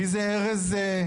מי זה ארז כהן?